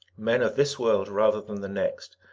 men of this world rather than the next,